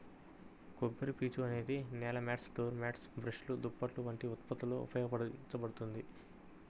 కొబ్బరిపీచు అనేది నేల మాట్స్, డోర్ మ్యాట్లు, బ్రష్లు, దుప్పట్లు వంటి ఉత్పత్తులలో ఉపయోగించబడుతుంది